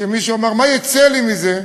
כשמישהו אומר: מה יצא לי מזה?